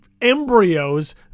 embryos